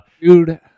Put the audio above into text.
dude